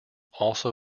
also